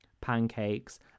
pancakes